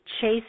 chase